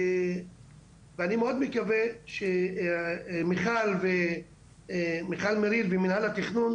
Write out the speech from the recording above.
ואני מאוד מקווה שמיכל מריל ומינהל התכנון